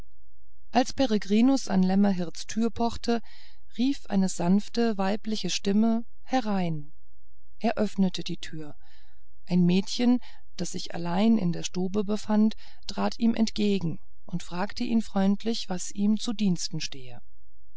als peregrinus an lämmerhirts türe pochte rief eine sanfte weibliche stimme herein er öffnete die türe ein mädchen die sich allein in der stube befand trat ihm entgegen und fragte ihn freundlich was ihm zu diensten stehe